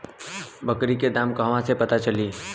बकरी के दाम कहवा से पता चली?